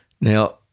Now